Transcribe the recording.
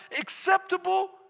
acceptable